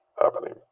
happening